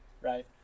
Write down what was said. Right